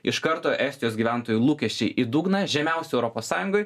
iš karto estijos gyventojų lūkesčiai į dugną žemiausią europos sąjungoj